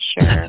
sure